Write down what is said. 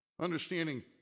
Understanding